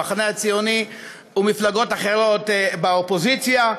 המחנה הציוני ומפלגות אחרות באופוזיציה,